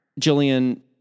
Jillian